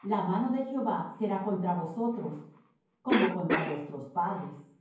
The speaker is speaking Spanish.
la mano de jehová será contra vosotros como contra vuestros padres